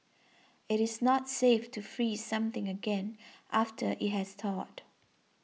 it is not safe to freeze something again after it has thawed